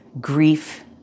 grief